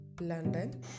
London